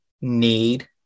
need